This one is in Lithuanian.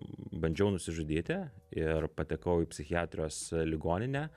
bandžiau nusižudyti ir patekau į psichiatrijos ligoninę